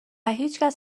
هیچکس